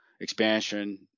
expansion